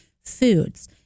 foods